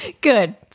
Good